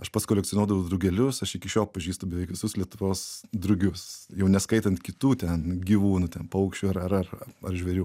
aš pats kolekcionuodavau drugelius aš iki šiol pažįstu beveik visus lietuvos drugius jau neskaitant kitų ten gyvūnų ten paukščių ar ar žvėrių